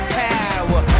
power